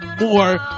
more